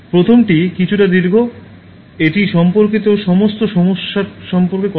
প্রথমটি কিছুটা দীর্ঘ এটি সম্পর্কিত সমস্ত সমস্যা সম্পর্কে বলে